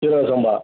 சீரக சம்பா